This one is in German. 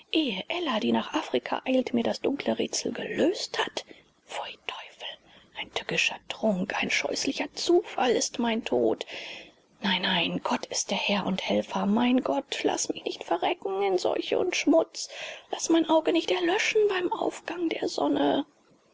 ella die nach afrika eilt mir das dunkle rätsel gelöst hat pfui teufel ein tückischer trunk ein scheußlicher zufall ist mein tod nein nein gott ist der herr und helfer mein gott laß mich nicht verrecken in seuche und schmutz laß mein auge nicht erlöschen beim aufgang der sonne